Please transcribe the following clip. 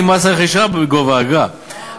אם מס הרכישה בגובה האגרה.